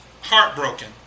Heartbroken